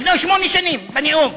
לפני שמונה שנים, בנאום.